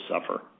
suffer